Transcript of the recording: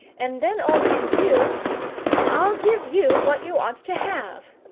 and then i'll give you i'll give you what you ought to have!